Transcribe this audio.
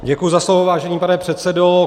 Děkuji za slovo, vážený pane předsedo.